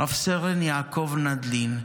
רב-סרן יעקב נדלין,